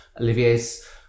Olivier's